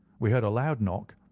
we heard a loud knock,